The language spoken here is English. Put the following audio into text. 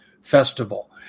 Festival